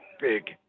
big